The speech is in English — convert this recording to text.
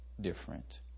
different